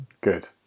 good